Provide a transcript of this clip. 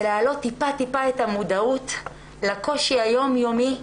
להעלות טיפה טיפה את המודעות לקושי היום-יומי,